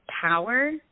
power